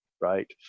right